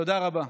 תודה רבה.